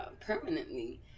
permanently